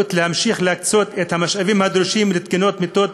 הבריאות להמשיך להקצות את המשאבים הדרושים לתקינת מיטות